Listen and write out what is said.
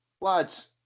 lads